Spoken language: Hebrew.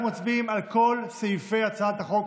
אנחנו מצביעים על כל סעיפי הצעת החוק,